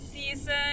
season